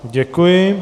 Děkuji.